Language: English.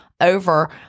over